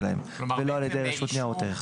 ולא על ידי רשות ניירות ערך.